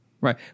right